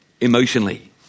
emotionally